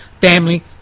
family